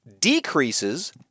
decreases